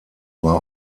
war